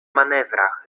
manewrach